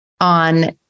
on